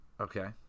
Okay